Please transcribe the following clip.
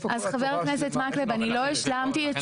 חבר הכנסת מקלב, לא השלמתי את